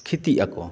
ᱠᱷᱚᱛᱤᱜ ᱟᱠᱚ